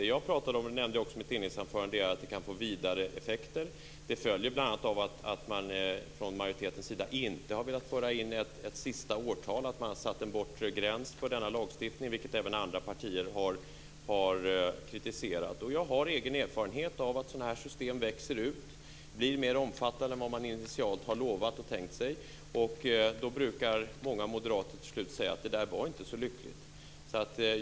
Det jag sade i mitt inledningsanförande var att det kan få vidare effekter, och det följer bl.a. av att man från majoriteten inte har velat föra in ett bestämt årtal, en bortre gräns för denna lagstiftning, vilket även andra partier har kritiserat. Jag har egen erfarenhet av att sådana här system växer ut. De blir mer omfattande än vad man initialt har lovat och tänkt sig. Då brukar många moderater säga att det inte var så lyckligt.